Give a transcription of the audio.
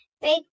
Big